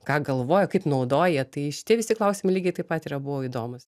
ką galvoja kaip naudoja tai šitie visi klausimai lygiai taip pat yra buvo įdomus